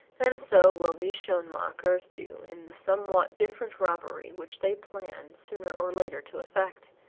and so will these schoenmakers do in the somewhat different robbery which they plan sooner or later to effect.